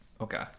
Okay